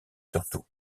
surtout